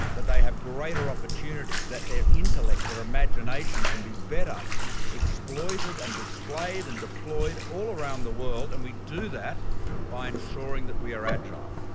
that they have greater opportunities, that their intellect, their imagination can be better exploited and displayed and deployed all around the world and we do that by ensuring that we are agile.